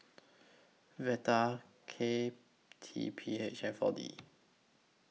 Vital K T P H and four D